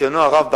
ניסיונו הרב בעיר,